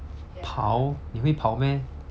跑你会跑 meh